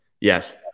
Yes